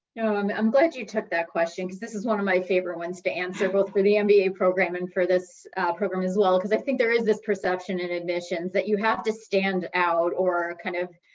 no, um i'm glad you took that question, cause this is one of my favorite ones to answer, both for the mba program and for this program as well, cause i think there is this perception in admission, that you have to stand out or kind of